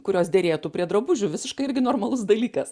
kurios derėtų prie drabužių visiškai irgi normalus dalykas